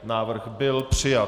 Návrh byl přijat.